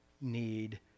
need